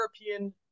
European